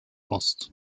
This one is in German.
ost